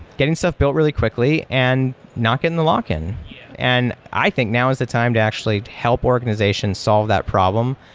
getting stuff built really quickly and not getting the lock in. and i think now is the time to actually help organizations organizations solve that problem.